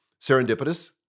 serendipitous